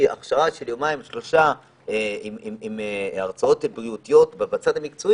אם תהיה להם הכשרה של יומיים-שלושה עם הרצאות בריאותיות בצד המקצועי,